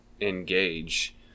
engage